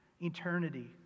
eternity